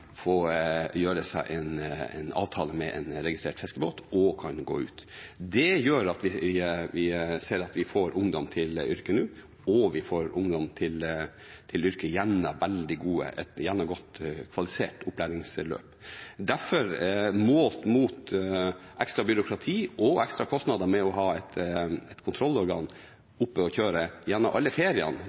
gjøre en avtale med en registrert fiskebåt og gå ut. Det gjør at vi nå ser at vi får ungdom til yrket, og vi får ungdom til yrket gjennom et veldig godt kvalifisert opplæringsløp. Derfor, målt mot ekstra byråkrati og ekstra kostnader ved å ha et kontrollorgan oppe og kjøre gjennom alle feriene